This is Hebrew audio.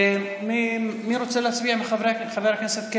מי רוצה להצביע מחברי הכנסת?